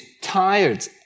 tired